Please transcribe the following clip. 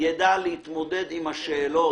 יידע להתמודד עם השאלות.